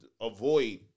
avoid